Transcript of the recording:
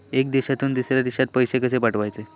एका देशातून दुसऱ्या देशात पैसे कशे पाठवचे?